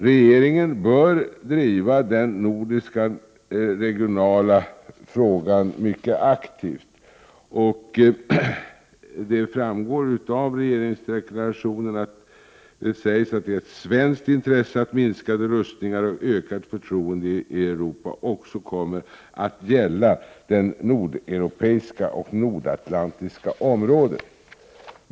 Regeringen bör driva den nordiska regionala frågan mycket aktivt. Det framgår av regeringsdeklarationen att det är ett svenskt intresse att minskade rustningar och ökat förtroende i Europa också kommer att gälla det nordeuropeiska och nordatlantiska området.